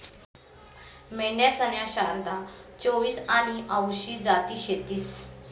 मेंढ्यासन्या शारदा, चोईस आनी आवसी जाती शेतीस